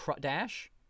Dash